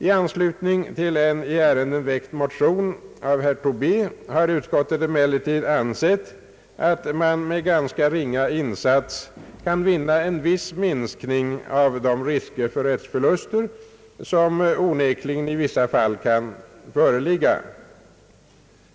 I anslutning till en i ärendet väckt motion av herr Tobé har utskottet emellertid ansett, att man med ganska ringa insats kan vinna en viss minskning av de risker för rättsförluster, som onekligen i vissa fall kan föreligga.